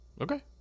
okay